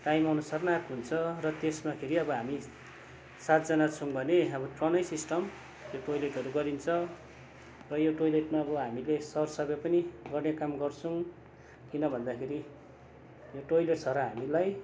time अनुसार नै आएको हुन्छ र त्यसमा फेरि अब हामी सातजना छौँ भने अब टर्न नै सिस्टम त्यो टोइलेटहरू गरिन्छ र यो टोइलेटमा हामीले सरसफाइहरू पनि गर्ने काम गर्छौँ किनभन्दाखेरि यो टोइलेट छ र हामीलाई